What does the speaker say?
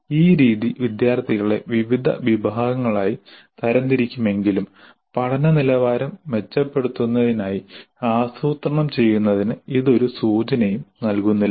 ഈ രീതി വിദ്യാർത്ഥികളെ വിവിധ വിഭാഗങ്ങളായി തരംതിരിക്കുമെങ്കിലും പഠന നിലവാരം മെച്ചപ്പെടുത്തുന്നതിനായി ആസൂത്രണം ചെയ്യുന്നതിന് ഇത് ഒരു സൂചനയും നൽകുന്നില്ല